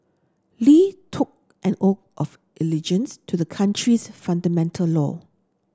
Li took an O of allegiance to the country's fundamental law